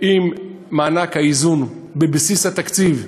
עם מענק האיזון בבסיס התקציב,